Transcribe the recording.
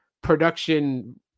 production